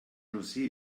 josé